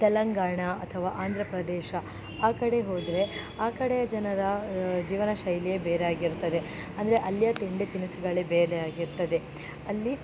ತೆಲಂಗಾಣ ಅಥವಾ ಆಂದ್ರ ಪ್ರದೇಶ ಆ ಕಡೆ ಹೋದರೆ ಆ ಕಡೆ ಜನರ ಜೀವನ ಶೈಲಿಯೇ ಬೇರೆ ಆಗಿರ್ತದೆ ಅಂದರೆ ಅಲ್ಲಿಯ ತಿಂಡಿ ತಿನಿಸುಗಳೇ ಬೇರೆ ಆಗಿರ್ತದೆ ಅಲ್ಲಿ